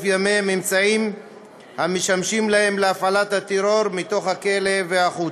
ימיהם אמצעים המשמשים להם להפעלת הטרור מתוך הכלא והחוצה.